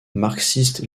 marxiste